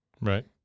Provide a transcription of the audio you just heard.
Right